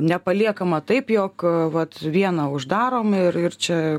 nepaliekama taip jog vat vieną uždarom ir ir čia